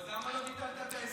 אז למה לא ביטלת את ההסכם?